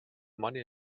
money